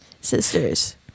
Sisters